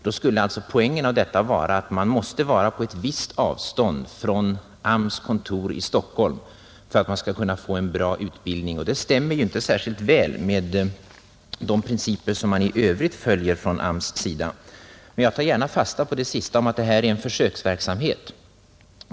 Poängen av detta skulle alltså vara att man måste befinna sig inom ett visst avstånd från AMS: kontor i Stockholm för att kunna få en bra utbildning. Men det stämmer ju inte särskilt väl med de principer som AMS följer i övrigt. Emellertid tar jag gärna fasta på det sista inrikesministern sade om att det här är en försöksverksamhet.